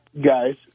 Guys